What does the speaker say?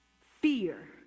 Fear